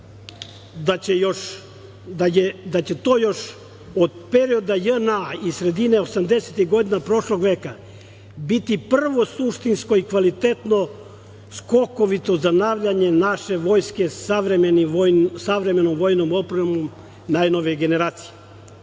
da će to još od perioda JNA i sredine osamdesetih godina prošlog veka biti prvo suštinsko i kvalitetno skokovito zanavljanje naše vojske savremenom vojnom opremom najnovije